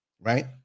right